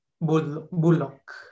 Bullock